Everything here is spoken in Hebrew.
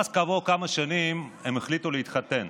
ואז כעבור כמה שנים הם החליטו להתחתן,